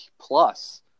plus